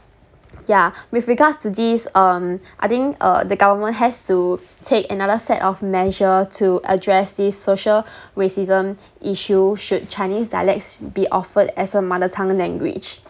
yeah with regards to this um I think uh the government has to take another step of measure to address this social racism issue should chinese dialects be offered as a mother tongue language yeah with however I don't think that it should be a reason why chinese dialect should not be offered as a mother tongue language